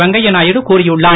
வெங்கைய நாயுடு கூறியுள்ளார்